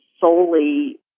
solely